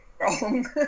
wrong